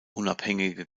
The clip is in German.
unabhängige